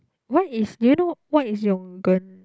what is do you know what is